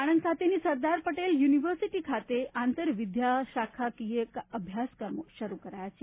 આણંદ ખાતેની સરદાર પટેલ યુનિવર્સિટી ખાતે આંતર વિદ્યા શાખાકીય અભ્યાકામો શરૂ કરાયા છે